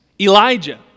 Elijah